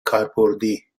کاربردی